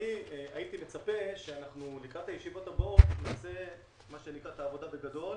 אני הייתי מצפה שלקראת הישיבות הבאות נעשה את העבודה בגדול.